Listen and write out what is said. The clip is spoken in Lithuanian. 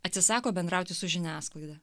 atsisako bendrauti su žiniasklaida